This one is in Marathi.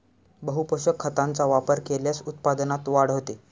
बहुपोषक खतांचा वापर केल्यास उत्पादनात वाढ होते